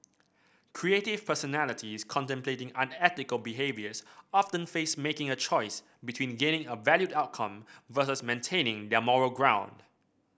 creative personalities contemplating unethical behaviours often face making a choice between gaining a valued outcome versus maintaining their moral ground